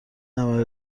نود